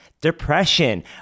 depression